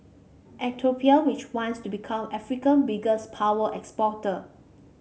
Ethiopia which wants to become Africa biggest power exporter